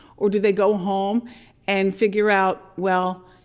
or do they go home and figure out, well,